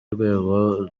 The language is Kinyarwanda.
urwego